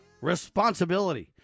responsibility